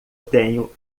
tenho